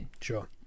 Sure